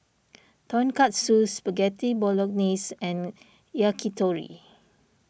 Tonkatsu Spaghetti Bolognese and Yakitori